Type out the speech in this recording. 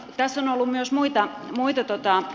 tässä on ollut myös muita huomioita